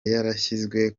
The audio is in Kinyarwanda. yarashinzwe